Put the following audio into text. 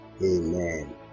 amen